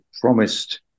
promised